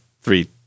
three